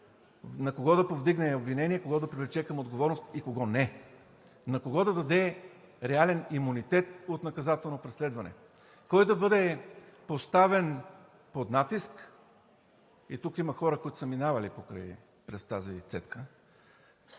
на кого да повдигне обвинение, кого да привлече към отговорност и кого не, на кого да даде реален имунитет от наказателно преследване, кой да бъде поставен под натиск, и тук има хора, които са минавали през тази цедка,